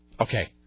Okay